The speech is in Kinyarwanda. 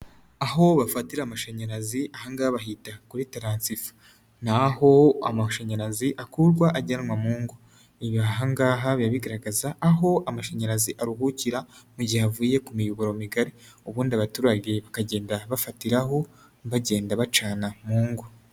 Aho bafatira amashanyarazi ahangaha bahita kuri taransifa. Ni aho aho amashanyarazi akurwa ajyanwa mu ngo, ibi ahangaha biba bigaragaza aho amashanyarazi aruhukira mu gihe avuye ku miyoboro migari, ubundi abaturage bakagenda bafatiraho bagenda bacana mu ngo.